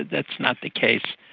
that's not the case.